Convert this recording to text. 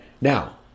Now